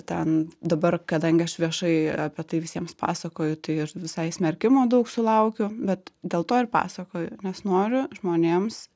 ten dabar kadangi aš viešai apie tai visiems pasakoju tai ir visai smerkimo daug sulaukiu bet dėl to ir pasakoju nes noriu žmonėms